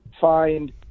find